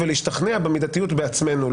ולהשתכנע במידתיות בעצמנו.